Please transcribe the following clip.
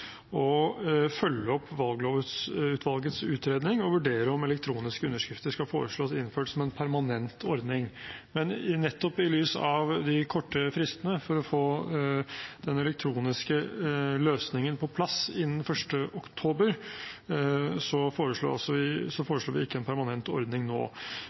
følge opp Valglovutvalgets utredning og vurdere om elektroniske underskrifter skal foreslås innført som en permanent ordning. Men nettopp i lys av de korte fristene for å få den elektroniske løsningen på plass innen 1. oktober, foreslår vi ikke en permanent ordning nå.